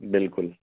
बिल्कुल